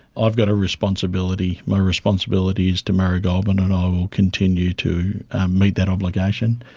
i've got a responsibility. my responsibility is to murray goulburn and i will continue to meet that obligation.